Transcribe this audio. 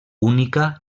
única